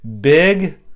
big